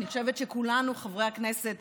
אני חושבת שכולנו, חברי הכנסת